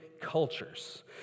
cultures